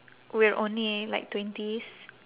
we're only like twenties